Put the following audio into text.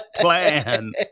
plan